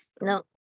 No